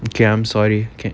okay I'm sorry